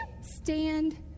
stand